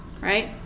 right